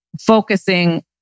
focusing